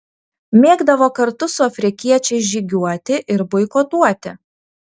mėgdavo kartu su afrikiečiais žygiuoti ir boikotuoti